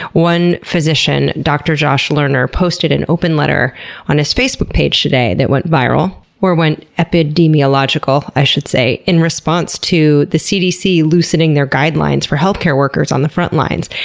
one physician, dr. josh lerner, posted an open letter on his facebook page today that went viral or went epidemiological, i should say in response to the cdc loosening their guidelines for healthcare workers on the front lines.